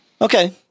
Okay